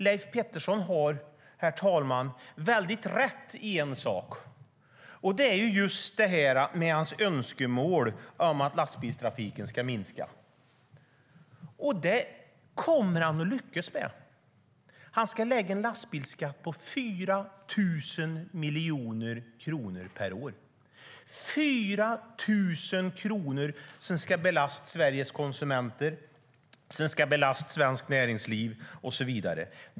Leif Pettersson har rätt i en sak, nämligen det som gäller önskemålet om att lastbilstrafiken ska minska. Det kommer han att lyckas med, för han vill lägga på en lastbilsskatt med 4 000 miljoner kronor per år! Det är 4 000 miljoner kronor som ska belasta Sveriges konsumenter, svenskt näringsliv och så vidare.